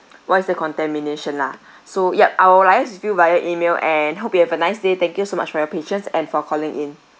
why is there contamination lah so yup I will liaise with you via email and hope you have a nice day thank you so much for your patience and for calling in